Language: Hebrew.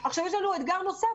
עכשיו יש לנו אתגר נוסף,